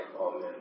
Amen